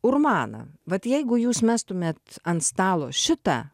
urmana vat jeigu jūs mestumėt ant stalo šitą